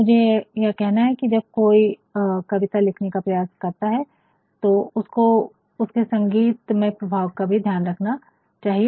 मुझे ये कहना है कि जब कोई कविता लिखने का प्रयास करता है तो उसको उसके संगीतमय प्रभाव का भी ध्यान रखना चाहिए